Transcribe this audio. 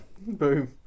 boom